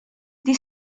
the